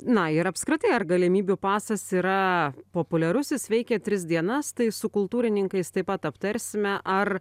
na ir apskritai ar galimybių pasas yra populiarus jis veikia tris dienas tai su kultūrininkais taip pat aptarsime ar